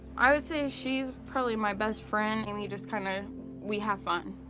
i would say she's probably my best friend, and we just kind of we have fun.